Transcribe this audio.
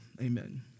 Amen